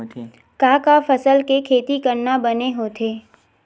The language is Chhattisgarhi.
का का फसल के खेती करना बने होथे?